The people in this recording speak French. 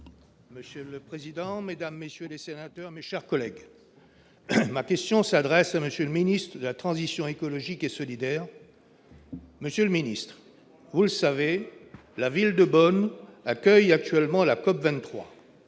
Monsieur le président, Mesdames, messieurs les sénateurs, mes chers collègues, ma question s'adresse à monsieur le ministre de la transition écologique et solidaire. Monsieur le Ministre, vous le savez, la ville de Bonn accueille actuellement la pop 23.